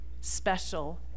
special